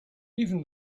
even